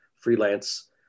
freelance